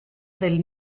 del